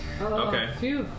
Okay